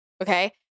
okay